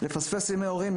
לפספס ימי הורים,